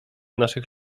naszych